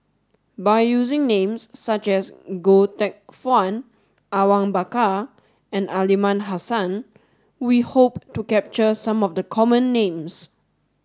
by using names such as Goh Teck Phuan Awang Bakar and Aliman Hassan we hope to capture some of the common names